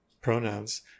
pronouns